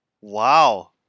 Wow